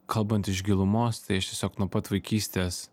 kalbant iš gilumos tai aš tiesiog nuo pat vaikystės